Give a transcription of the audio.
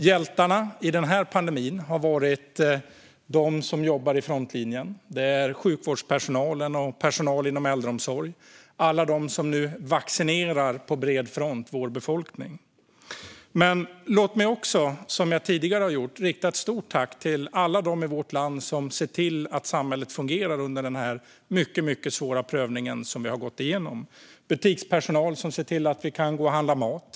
De som har varit hjältarna i pandemin är de som jobbar i frontlinjen: sjukvårdspersonalen, personalen inom äldreomsorgen och alla de som nu på bred front vaccinerar vår befolkning. Låt mig också, som jag tidigare gjort, rikta ett stort tack till alla i vårt land som ser till att samhället fungerar under denna mycket svåra prövning som vi har gått igenom. Det är butikspersonalen som ser till att vi kan handla mat.